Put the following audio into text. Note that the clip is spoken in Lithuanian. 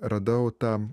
radau tam